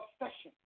obsession